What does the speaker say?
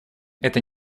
это